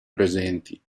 presenti